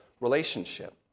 relationship